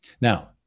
Now